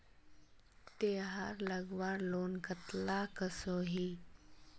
तेहार लगवार लोन कतला कसोही?